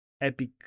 epic